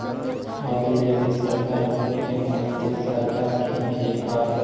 खाद लेबे सरकार हमनी के अनुदान दे सकखिन हे का?